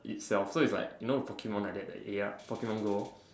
itself so it's like you know Pokemon like the a R Pokemon go